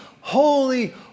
holy